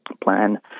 plan